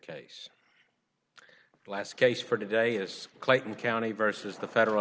case last case for today is clayton county versus the federal